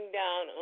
down